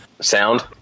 Sound